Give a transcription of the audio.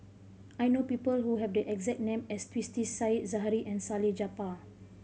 I know people who have the exact name as Twisstii Said Zahari and Salleh Japar